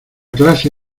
clase